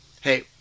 Hey